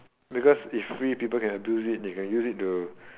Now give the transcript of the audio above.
because if free people can abuse it they can use it to